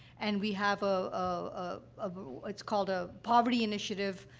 and we have a a a a it's called a poverty initiative,